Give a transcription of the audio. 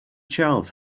charles